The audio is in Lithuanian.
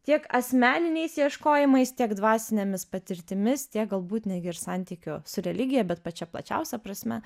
tiek asmeniniais ieškojimais tiek dvasinėmis patirtimis tiek galbūt netgi ir santykiu su religija bet pačia plačiausia prasme